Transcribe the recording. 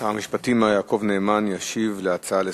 שר המשפטים, מר יעקב נאמן, ישיב על הצעה זו